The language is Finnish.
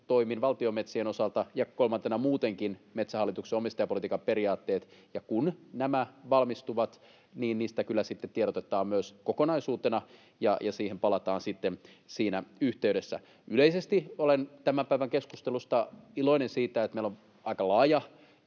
toimin valtionmetsien osalta ja kolmantena muutenkin Metsähallituksen omistajapolitiikan periaatteet. Kun nämä valmistuvat, niin niistä kyllä sitten tiedotetaan myös kokonaisuutena ja siihen palataan sitten siinä yhteydessä. Yleisesti olen tämän päivän keskustelun osalta iloinen siitä, että meillä on aika laajasti